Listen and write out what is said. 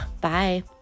Bye